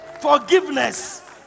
Forgiveness